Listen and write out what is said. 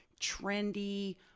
trendy